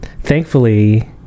thankfully